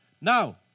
Now